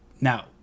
Now